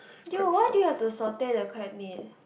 you what do you have to satay the crab meat